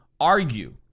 argue